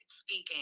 speaking